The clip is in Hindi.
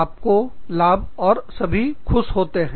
आपको लाभ और सभी लोग खुश होते हैं